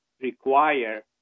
require